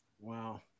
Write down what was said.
Wow